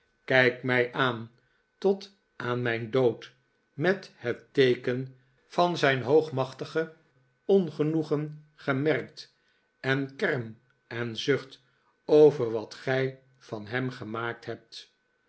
kijk mij aan tot aan mijn dood met het teeken van zijn hoogmachtige ongenoegen gemerkt en kerm en zucht over wat gij van hem gemaakt hebt